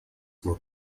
were